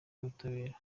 y’ubutabera